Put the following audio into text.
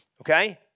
Okay